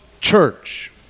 church